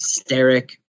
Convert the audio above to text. Steric